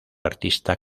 artista